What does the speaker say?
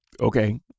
okay